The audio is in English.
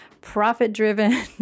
Profit-driven